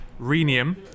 rhenium